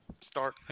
start